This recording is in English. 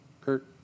Kurt